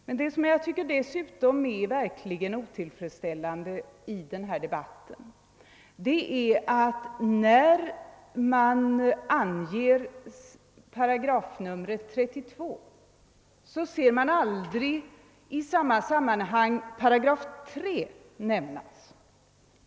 Men det som jag vidare tycker är verkligen otillfredsställande i denna debatt är att när § 32 anges, ser vi aldrig i detta sammanhang 3 § nämnas.